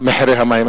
מחירי המים.